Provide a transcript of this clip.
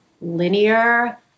linear